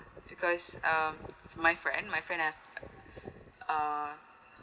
because um my friend my friend have uh